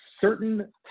certain